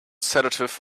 sedative